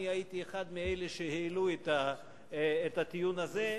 אני הייתי אחד מאלה שהעלו את הטיעון הזה,